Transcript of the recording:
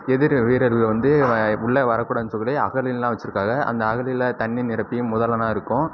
எதிரி வீரர்கள் வந்து உள்ளே வரக்கூடாதுன்னு சொல்லிவிட்டு அகழியெல்லாம் வெச்சிருக்காங்க அந்த அகழியில் தண்ணீர் நிரப்பியும் முதலைலாம் இருக்கும்